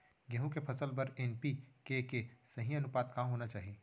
गेहूँ के फसल बर एन.पी.के के सही अनुपात का होना चाही?